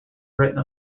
written